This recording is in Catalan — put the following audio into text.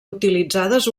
utilitzades